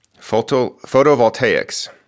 Photovoltaics